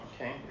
Okay